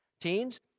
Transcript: Teens